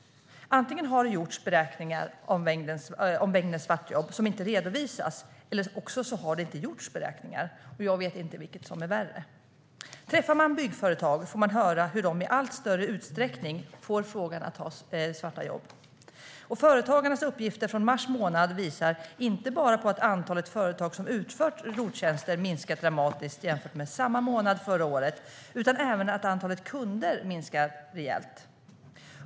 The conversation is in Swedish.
Antingen har det gjorts beräkningar av mängden svartjobb som inte redovisas, eller så har det inte gjorts beräkningar. Jag vet inte vilket som är värst. När man träffar byggföretag får man höra hur de i allt större utsträckning får frågan om att ta svarta jobb. Företagarnas uppgifter från mars månad visar inte bara att antalet företag som utfört ROT-tjänster minskat dramatiskt jämfört med samma månad förra året utan även att antalet kunder minskar rejält.